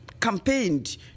campaigned